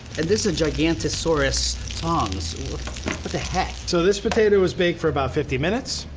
and this a gigantosauros tongs. what the heck? so this potato was baked for about fifty minutes.